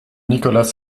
nicolas